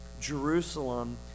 Jerusalem